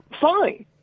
fine